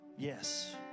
yes